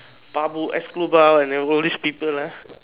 Pablo-Escobar and you know all these people ah